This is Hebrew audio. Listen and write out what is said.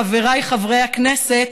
חבריי חברי הכנסת,